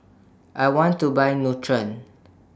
I want to Buy Nutren